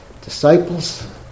disciples